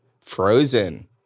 Frozen